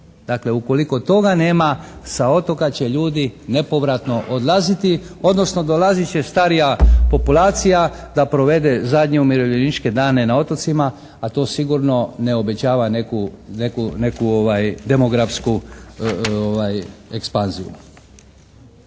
ukoliko toga nema sa otoka će ljudi nepovratno odlaziti odnosno dolaziti će starija populacija da provede zadnje umirovljeničke dane na otocima a to sigurno ne obećava neku demografsku ekspanziju.